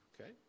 Okay